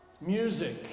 music